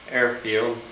airfield